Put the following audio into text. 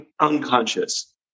unconscious